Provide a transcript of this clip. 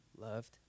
loved